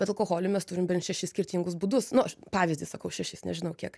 bet alkoholį mes turim bent šešis skirtingus būdus nu aš pavyzdį sakau šešis nežinau kiek